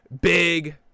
Big